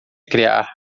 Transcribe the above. criar